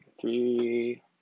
three